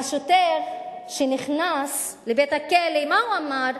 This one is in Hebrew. והשוטר שנכנס לבית-הכלא, מה הוא אמר?